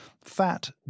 Fat